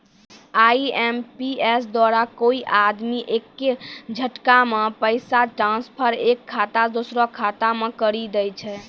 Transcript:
IMPS द्वारा कोय आदमी एक्के झटकामे पैसा ट्रांसफर एक खाता से दुसरो खाता मे करी दै छै